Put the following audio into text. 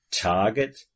Target